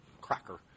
cracker